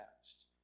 past